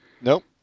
Nope